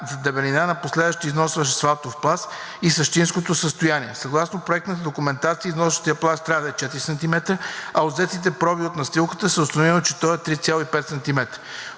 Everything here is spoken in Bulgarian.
на последващия износващ асфалтов пласт и същинското състояние. Съгласно проектната документация и износващият пласт трябва да е 4 см, а от взетите проби от настилката се е установило, че той е 3,5 см.